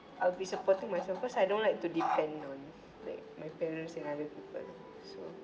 I'll be supporting myself cause I don't like to depend on like my parents and everything so